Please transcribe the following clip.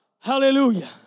Hallelujah